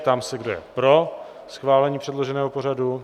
Ptám se, kdo je pro schválení předloženého pořadu?